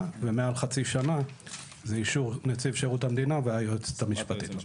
ומעל חצי שנה זה אישור נציב שירות המדינה והיועצת המשפטית.